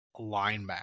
linebacker